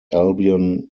albion